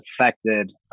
affected